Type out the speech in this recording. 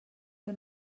que